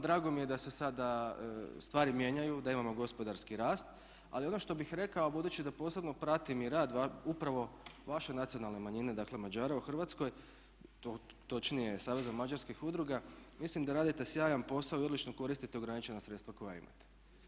Drago mi je da se sada stvari mijenjaju, da imamo gospodarski rast, ali ono što bih rekao budući da posebno pratim i rad upravo vaše nacionalne manjine, dakle Mađara u Hrvatskoj, točnije Saveza mađarskih udruga, mislim da radite sjajan posao i odlično koristite ograničena sredstva koja imate.